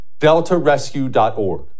DeltaRescue.org